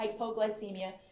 hypoglycemia